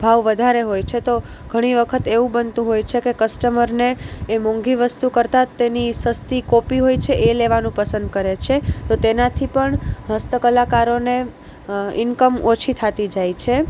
ભાવ વધારે હોય છે તો ઘણી વખત એવું બનતું હોય છે કે કસ્ટમરને એ મોંઘી વસ્તુ કરતાં તેની સસ્તી કોપી હોય છે એ લેવાનુ પસંદ કરે છે તો તેનાથી પણ હસ્તકલાકારોને ઇન્કમ ઓછી થતી જાય છે